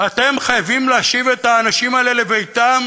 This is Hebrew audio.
אתם חייבים להשיב את האנשים האלה לביתם.